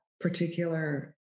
particular